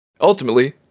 ultimately